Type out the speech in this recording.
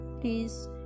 Please